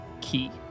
key